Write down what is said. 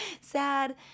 sad